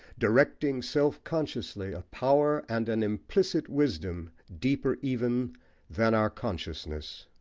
directing self-consciously a power and an implicit wisdom deeper even than our consciousness.